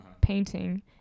painting